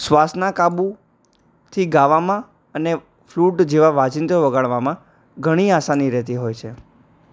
શ્વાસના કાબૂ થી ગાવામાં અને ફ્લુટ જેવા વાજિંત્રો વગાડવામાં ઘણી આસાની રહેતી હોય છે